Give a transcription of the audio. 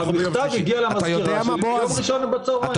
המכתב הגיע למזכירה שלי ביום ראשון בצוהריים.